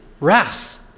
wrath